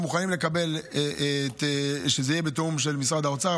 מוכנים שזה יהיה בתיאום של משרד האוצר.